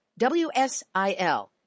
WSIL